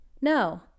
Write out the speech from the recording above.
No